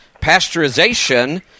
Pasteurization